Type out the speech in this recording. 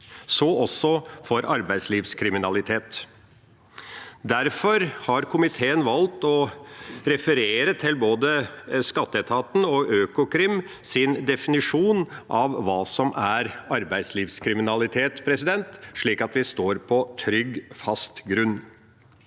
så også for arbeidslivskriminalitet. Derfor har komiteen valgt å referere til både skatteetatens og Økokrims defi nisjon av hva som er arbeidslivskriminalitet, slik at vi står på trygg, fast grunn.